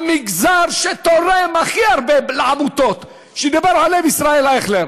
המגזר שתורם הכי הרבה לעמותות שדיבר עליהן ישראל אייכלר